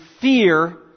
fear